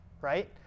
right